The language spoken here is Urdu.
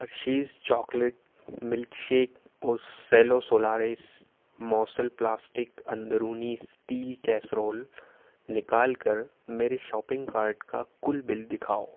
ہرشیز چاکلیٹ ملک شیک اور سیلو سولاریس موصل پلاسٹک اندرونی اسٹیل کیسرول نکال کر میرے شاپنگ کارٹ کا کل بل دکھاؤ